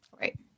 Right